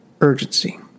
urgency